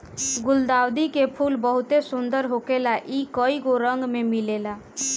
गुलदाउदी के फूल बहुते सुंदर होखेला इ कइगो रंग में मिलेला